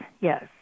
yes